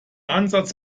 ansatz